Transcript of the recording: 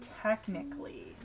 technically